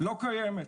לא קיימת,